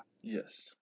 Yes